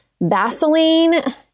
Vaseline